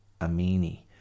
amini